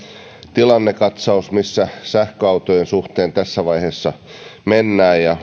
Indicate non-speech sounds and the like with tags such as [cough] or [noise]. tilannekatsaus missä sähköautojen suhteen tässä vaiheessa mennään ja [unintelligible]